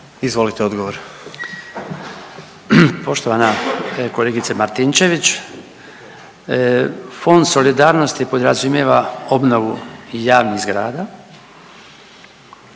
Branko (HDZ)** Poštovana kolegice Martinčević, Fond solidarnosti podrazumijeva obnovu javnih zgrada,